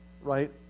right